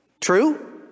True